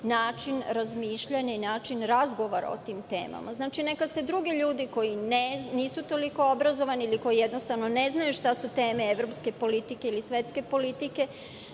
način razmišljanja i način razgovora o tim temama. Znači, neka se drugi ljudi, koji nisu toliko obrazovani, koji jednostavno ne znaju šta su teme evropske politike ili svetske politike,